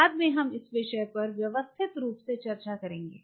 बाद में हम इस विषय पर व्यवस्थित रूप से चर्चा करेंगे